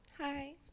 hi